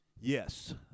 Yes